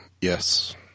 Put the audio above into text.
yes